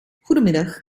goedemiddag